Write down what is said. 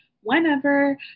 whenever